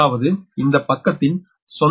அதாவது இந்த பக்கதின் சொந்த GMD